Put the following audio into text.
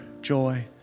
joy